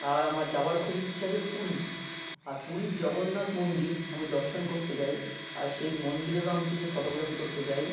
আর আমার যাওয়ার খুবই ইচ্ছা আছে পুরী আর পুরীর জগন্নাথ মন্দির আমি দর্শন করতে চাই আর সেই মন্দিরেরও আমি কিছু ফটোগ্রাফি করতে চাই